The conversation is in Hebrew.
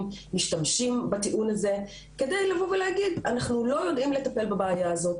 משתמשים בטיעון הזה כדי להגיד אנחנו לא יודעים לטפל בבעיה הזאת,